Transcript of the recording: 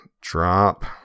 Drop